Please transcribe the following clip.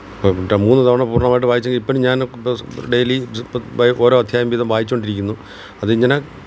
ഇപ്പം എന്റെ മൂന്ന് തവണ പൂര്ണ്ണമായിട്ട് വായിച്ചെങ്കിൽ ഇപ്പോഴും ഞാൻ ഡെയ്ലി ബൈ ഓരോ അദ്ധ്യായം വീതം വായിച്ചുകൊണ്ടിരിക്കുന്നു അതിങ്ങനെ